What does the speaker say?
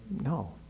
no